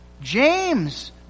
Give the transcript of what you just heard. James